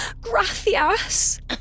Gracias